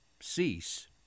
cease